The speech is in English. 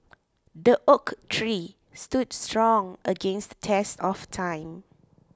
the oak tree stood strong against the test of time